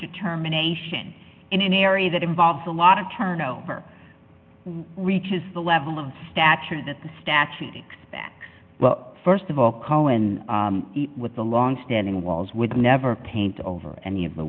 determination in an area that involves a lot of turnover reaches the level of stature that the statute expects st of all cohen with the long standing walls with never paint over any of the